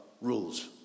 rules